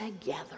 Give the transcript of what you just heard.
together